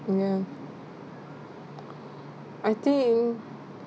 ya I think